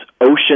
ocean